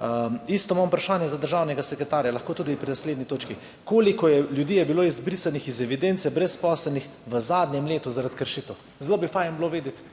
Enako imam vprašanje za državnega sekretarja, lahko tudi pri naslednji točki: koliko ljudi je bilo izbrisanih iz evidence brezposelnih v zadnjem letu zaradi kršitev? Zelo fajn bi bilo vedeti